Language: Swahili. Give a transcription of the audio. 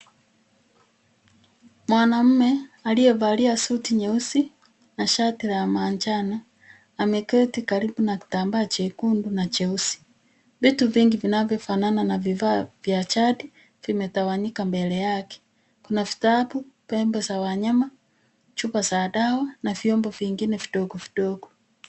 Mwanamume aliyevalia suti nyeusi na shati la manjano ameketi karibu na kitambaa chekundu na cheusi. Vitu vingi vinavyofanana na vifaa vya chati vimetawanyika mbele yake. Kuna vitabu, pembe za wanyama, chupa za dawa na vyombo vingine vidogovidogo.